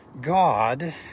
God